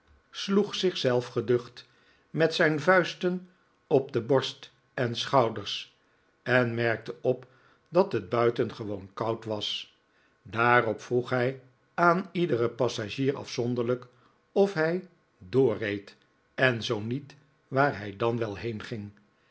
sloeg zich zelf geducht met zijn vuisten op zijn borst en schouders en merkte op dat het buitengewoon koud was daarop vroeg hij aan iederen passagier afzonderlijk of hij doorreed en zoo niet waar hij dan wel